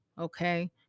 Okay